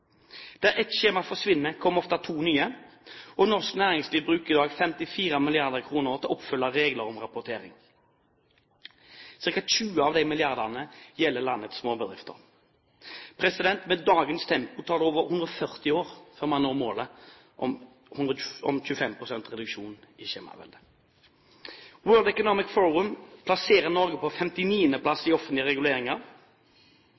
Der ett skjema forsvinner, kommer ofte to nye. Norsk næringsliv bruker i dag 54 mrd. kr på å oppfylle regler om rapportering. Cirka 20 av de milliardene gjelder landets småbedrifter. Med dagens tempo tar det over 140 år før man når målet om 25 pst. reduksjon i skjemaveldet. World Economic Forum plasserer Norge på